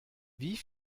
wie